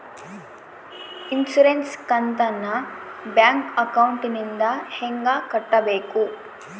Insurance ಕಂತನ್ನ bank ಅಕೌಂಟಿಂದ ಹೆಂಗ ಕಟ್ಟಬೇಕು?